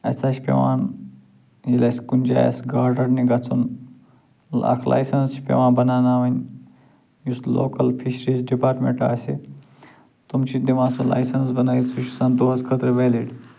اَسہِ ہسا چھِ پٮ۪وان ییٚلہِ اَسہِ کُنۍ جایہِ آسہِ گاڈ رَٹنہِ گژھُن اکھ لایسٮ۪نٕس چھِ پٮ۪وان بناناوٕنۍ یُس لوکل فِشریٖز ڈپاٹمٮ۪نٛٹ آسہِ تِم چھِ دِوان سۄ لایسٮ۪نٕس بنٲوِتھ سُہ چھِ آسان دۄہس خٲطرٕ ویلِڈ